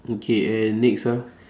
okay and next ah